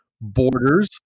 Borders